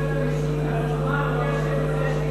אדוני סגן השר,